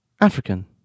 African